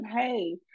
hey